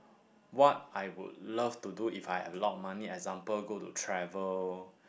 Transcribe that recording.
what I would love to do if I have a lot of money example go to travel